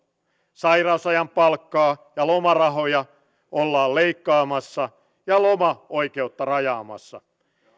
sairausajan palkkaa ja lomarahoja ollaan leikkaamassa ja lomaoikeutta rajaamassa